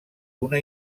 una